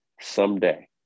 someday